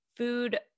food